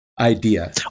idea